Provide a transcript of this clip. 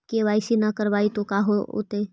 KYC न करवाई तो का हाओतै?